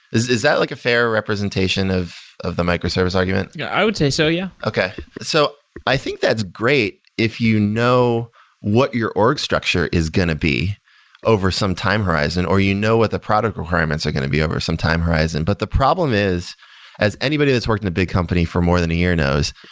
is is that like a fair representation of of the micro-service argument? yeah. i would say so. yeah. okay. so i think that's great if you know what your org structure is going to be over some time horizon, or you know what the product requirements are going to be over some time horizon. but the problem is as anybody that's working in a big company for more than a year knows,